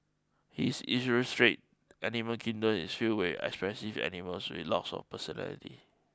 his illustrate animal kingdom is filled with expressive animals with lots of personality